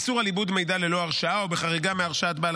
איסור על עיבוד מידע ללא הרשאה או בחריגה מהרשאת בעל